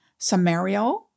Samario